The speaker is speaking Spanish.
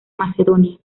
macedonia